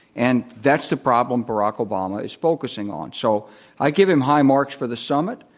and that's the problem barack obama is focusing on. so i give him high marks for the summit.